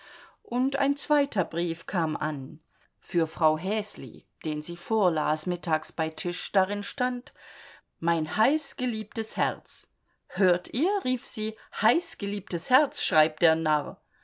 und ein zweiter brief kam an für frau häsli den sie vorlas mittags bei tisch darin stand mein heißgeliebtes herz hört ihr rief sie heißgeliebtes herz schreibt der narr